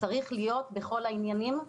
צריך להיות בכל העניינים,